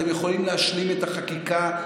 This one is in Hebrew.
אתם יכולים להשלים את החקיקה,